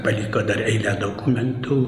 paliko dar eilę dokumentų